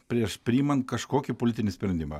prieš priimant kažkokį politinį sprendimą